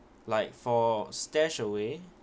like for StashAway